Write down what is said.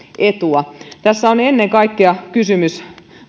etua tässä on ennen kaikkea kysymys